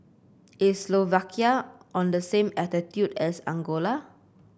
is Slovakia on the same latitude as Angola